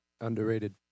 underrated